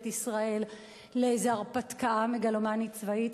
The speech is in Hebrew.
ישראל לאיזו הרפתקה מגלומנית צבאית,